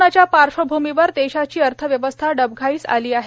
कोरोनाच्या पार्श्वभूमीवर देशाची अर्थव्यवस्था डबघाईस आली आहे